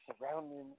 surrounding